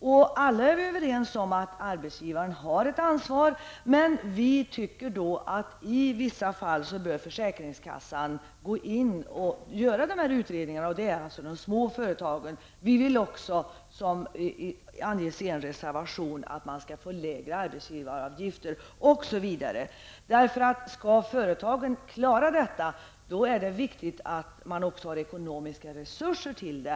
Och alla är överens om att arbetsgivaren har ett ansvar, men vi anser att försäkringskassan i vissa fall bör gå in och göra dessa utredningar. Och detta gäller alltså de små företagen. Vi vill också, vilket anges i en reservation, att de skall betala lägre arbetsgivaravgifter, osv. Om företagen skall klara detta är det nämligen viktigt att de också har ekonomiska resurser till det.